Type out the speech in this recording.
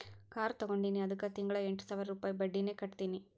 car ತಗೊಂಡಿನಿ ಅದ್ದುಕ್ ತಿಂಗಳಾ ಎಂಟ್ ಸಾವಿರ ರುಪಾಯಿ ಬಡ್ಡಿನೆ ಕಟ್ಟತಿನಿ